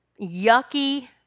yucky